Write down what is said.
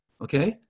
okay